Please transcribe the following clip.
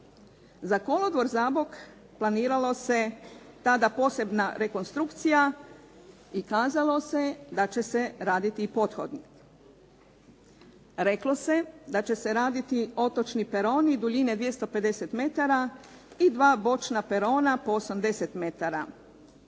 Za kolodvor Zabok planiralo se tada posebna rekonstrukcija i kazalo se da će se raditi pothodnik. Reklo se da će se raditi otočni peroni duljine 250 metara i dva bočna perona po 80 metara.